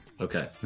Okay